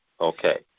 okay